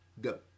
Go